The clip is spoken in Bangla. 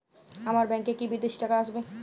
আমার ব্যংকে কি বিদেশি টাকা আসবে?